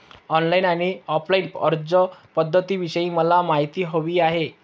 online आणि offline अर्जपध्दतींविषयी मला माहिती हवी आहे